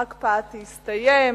ההקפאה תסתיים